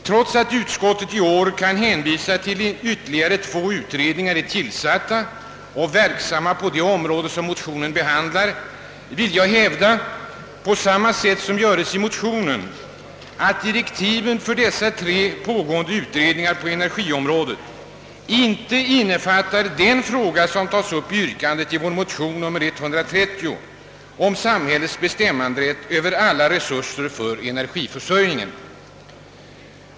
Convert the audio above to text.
Trots att utskottet i år kan hänvisa till att ytterligare två utredningar är tillsatta och verksamma på det område som motionen berör, vill jag hävda, på samma sätt som göres i motionen, att direktiven för dessa tre pågående utredningar på energiområdet inte innefattar den fråga som tagits upp i yrkandet i vår motion nr 139 i denna kammare om samhällets bestämmanderätt över alla resurser för energiförsörjningen.